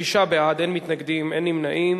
התשע"ב 2012,